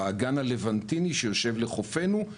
באגן הלבנטיני שיושב לחופינו,